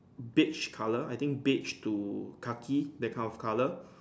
beige color I think beige to khaki that kind of color